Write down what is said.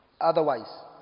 otherwise